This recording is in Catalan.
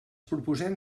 proposem